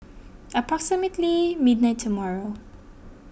approximately midnight tomorrow